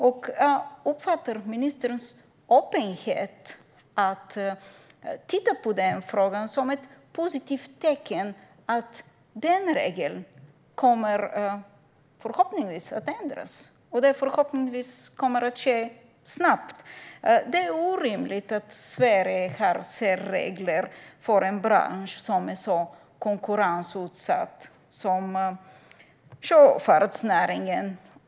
Jag uppfattar ministerns öppenhet att titta på frågan som ett positivt tecken på att denna regel förhoppningsvis kommer att ändras och att det förhoppningsvis kommer att ske snabbt. Det är orimligt att Sverige har särregler för en bransch som är så konkurrensutsatt som sjöfartsnäringen.